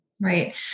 right